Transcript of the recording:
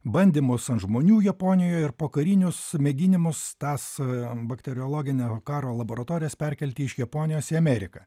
bandymus ant žmonių japonijoje ir pokarinius mėginimus tas bakteriologinio karo laboratorijas perkelti iš japonijos į ameriką